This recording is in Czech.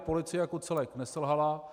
Policie jako celek neselhala.